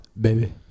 Baby